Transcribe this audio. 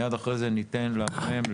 ואחרי זה ניתן לאחרים,